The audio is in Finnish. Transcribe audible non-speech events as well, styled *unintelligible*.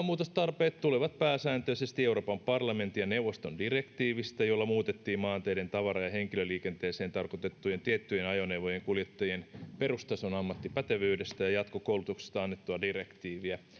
*unintelligible* muutostarpeet tulevat pääsääntöisesti euroopan parlamentin ja neuvoston direktiivistä jolla muutettiin maanteiden tavara ja henkilöliikenteeseen tarkoitettujen tiettyjen ajoneuvojen kuljettajien perustason ammattipätevyydestä ja jatkokoulutuksesta annettua direktiiviä